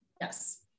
Yes